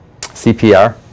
CPR